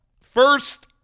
First